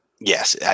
Yes